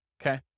okay